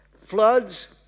floods